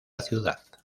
ciudad